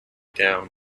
down